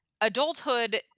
adulthood